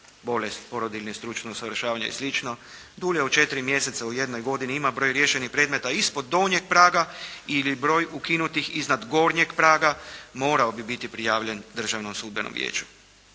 bolest, porodiljni, stručno usavršavanje i slično dulje od 4 mjeseca u jednoj godini ima broj riješenih predmeta ispod donjeg praga ili broj ukinutih iznad gornjeg praga morao bi biti prijavljen Državnom sudbenom vijeću.